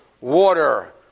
water